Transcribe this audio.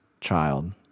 child